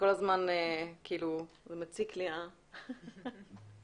מבהירים לי שהאיש